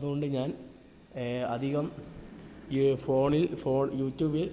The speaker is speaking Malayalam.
അതുകൊണ്ട് ഞാൻ അധികം ഈ ഫോണിൽ ഫോൺ യൂട്യൂബിൽ